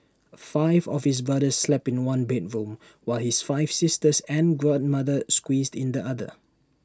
five of his brothers slept in one bedroom while his five sisters and grandmother squeezed in the other